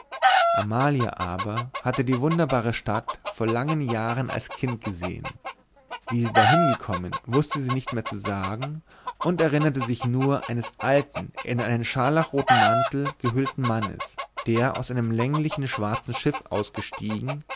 amalia aber hatte die wunderbare stadt vor langen jahren als kind gesehen wie sie dahin gekommen wußte sie nicht mehr zu sagen und erinnerte sich nur eines alten in einen scharlachroten mantel gehüllten mannes der aus einem länglichen schwarzen schiff ausgestiegen